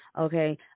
okay